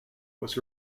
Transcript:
was